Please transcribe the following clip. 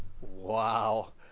Wow